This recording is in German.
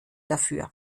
dafür